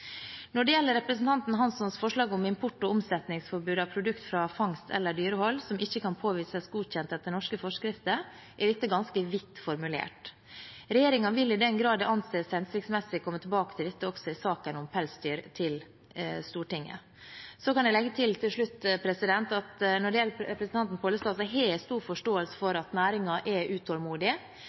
Når det gjelder representanten Hanssons forslag om import- og omsetningsforbud av produkter fra fangst eller dyrehold som ikke kan påvises godkjent etter norske forskrifter, er dette ganske vidt formulert. Regjeringen vil i den grad det anses hensiktsmessig, komme tilbake til dette også i saken om pelsdyr til Stortinget. Jeg kan til slutt legge til at når det gjelder representanten Pollestad, har jeg stor forståelse for at næringen er